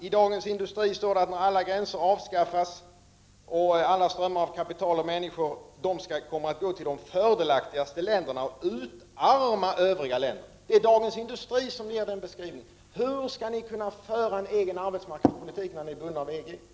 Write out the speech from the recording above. I Dagens Industri står att när alla gränser avskaffas skall alla strömmar av kapital och människor komma att gå till de fördelaktigaste länderna och utarma övriga länder. Denna beskrivning ges av Dagens Industri. Hur skall regeringen kunna föra en egen arbetsmarknadspolitik när ni är bundna av EG?